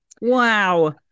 wow